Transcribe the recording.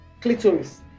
clitoris